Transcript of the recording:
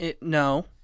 No